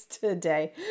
today